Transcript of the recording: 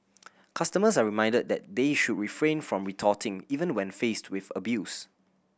customers are reminded that they should refrain from retorting even when faced with abuse